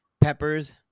peppers